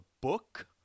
book